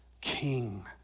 king